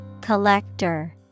Collector